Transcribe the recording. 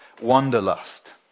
wanderlust